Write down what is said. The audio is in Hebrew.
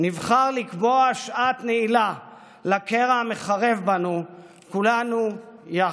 נבחר לקבוע שעת נעילה לקרע המחרב בנו, כולנו יחד.